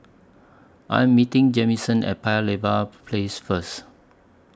I Am meeting Jamison At Paya Lebar Place First